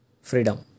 Freedom